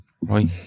right